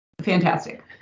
fantastic